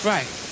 Right